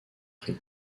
prix